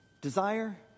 desire